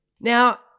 Now